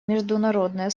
международное